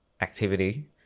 activity